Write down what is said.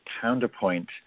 counterpoint